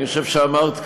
אני חושב שאמרת כאן,